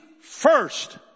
first